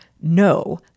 no